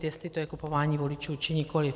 Jestli to je kupování voličů či nikoliv.